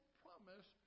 promise